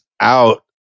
out